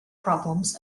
problems